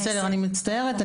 בסדר, אני מצטערת.